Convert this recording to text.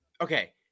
Okay